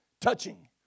touching